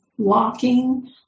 walking